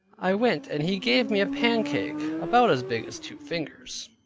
i went, and he gave me a pancake, about as big as two fingers.